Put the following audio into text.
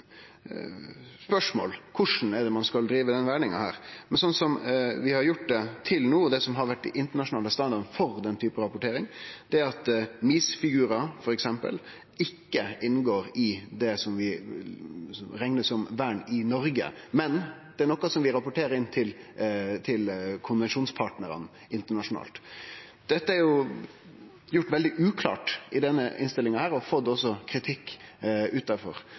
spørsmål korleis ein skal drive med verning her. Det vi har gjort til no, det som har vore den internasjonale standarden for den typen rapportering, er at MiS-figurar f.eks. ikkje inngår i det som blir rekna som vern i Noreg, men det er noko som vi rapporterer inn til konvensjonspartnarane internasjonalt. Dette er gjort veldig uklart i denne innstillinga, og ein har også fått kritikk